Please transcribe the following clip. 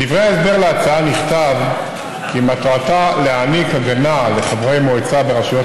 בדברי ההסבר להצעה נכתב כי מטרתה להעניק הגנה לחברי מועצה ברשויות